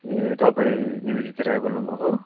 ए तपाईँ निबेदिता राई बोल्नु भएको